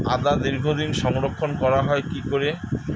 আদা দীর্ঘদিন সংরক্ষণ করা হয় কি করে?